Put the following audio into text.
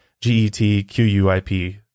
G-e-t-q-u-i-p